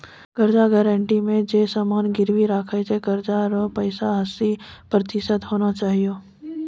कर्जा गारंटी मे जे समान गिरबी राखै छै कर्जा रो पैसा हस्सी प्रतिशत होना चाहियो